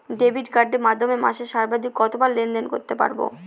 Debit কার্ডের মাধ্যমে মাসে সর্বাধিক কতবার লেনদেন করতে পারবো?